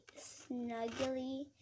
snuggly